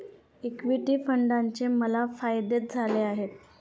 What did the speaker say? equity फंडाचे मला फायदेच झालेले आहेत